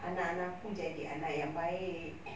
anak-anak aku jadi anak yang baik